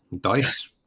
Dice